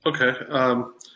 Okay